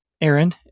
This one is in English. Aaron